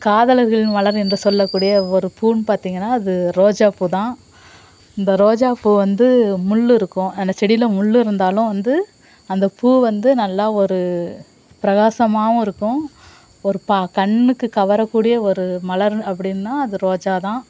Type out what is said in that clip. காதலர்கள் மலர் என்று சொல்லக்கூடிய ஒரு பூன்னு பார்த்தீங்கன்னா அது ரோஜா பூதான் இந்த ரோஜாப்பூ வந்து முள்ளிருக்கும் அந்த செடியில் முள் இருந்தாலும் வந்து அந்த பூ வந்து நல்லா ஒரு பிரகாசமாகவும் இருக்கும் ஒரு பா கண்ணுக்கு கவரக்கூடிய ஒரு மலர் அப்படின்னா அது ரோஜா தான்